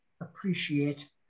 appreciate